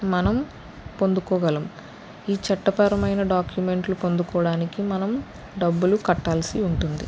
మనం పొందుకోగలం ఈ చట్టపరమైన డాక్యుమెంట్లు పొందుకోడానికి మనం డబ్బులు కట్టాల్సి ఉంటుంది